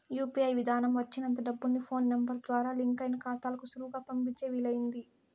UPI విదానం వచ్చినంత డబ్బుల్ని ఫోన్ నెంబరు ద్వారా లింకయిన కాతాలకు సులువుగా పంపించే వీలయింది